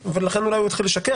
ולכן אולי הוא התחיל לשקר,